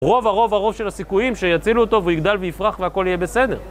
רוב הרוב הרוב של הסיכויים שיצילו אותו והוא יגדל ויפרח והכל יהיה בסדר.